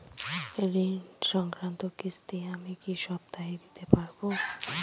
ঋণ সংক্রান্ত কিস্তি আমি কি সপ্তাহে দিতে পারবো?